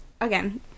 again